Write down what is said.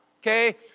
Okay